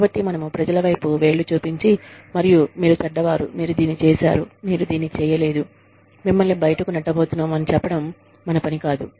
కాబట్టి మనము ప్రజల వైపు వేళ్లు చూపించి మరియు మీరు చెడ్డవారు మీరు దీన్ని చేసారు మీరు దీన్ని చేయలేదు మిమ్మల్ని బయటకు నెట్టబోతున్నాం అని చెప్పడం మన పని కాదు